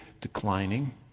declining